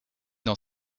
dans